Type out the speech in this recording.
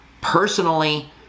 Personally